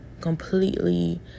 completely